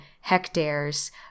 hectares